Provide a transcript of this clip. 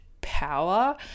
power